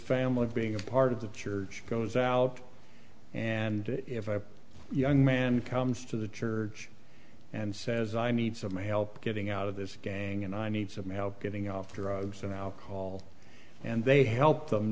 family being a part of the church goes out and if a young man comes to the church and says i need some help getting out of this gang and i need some help getting off drugs and alcohol and they help them